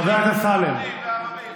חבר הכנסת קרעי, תודה רבה.